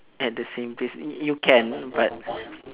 at the same place you you can but